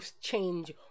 change